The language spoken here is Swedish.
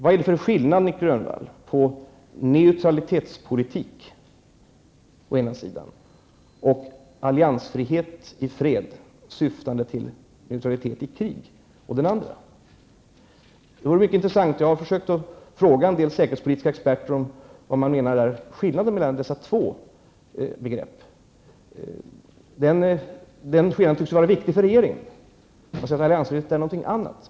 Vad är det för skillnad, Nic Grönvall, mellan neutralitetspolitik å ena sidan och alliansfrihet i fred syftande till neutralitet i krig å den andra? Jag har frågat en del säkerhetspolitiska experter vad skillnaden är mellan dessa två begrepp. Den skillnaden tycks vara viktig för regeringen, och man vill ansluta där något annat.